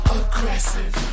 aggressive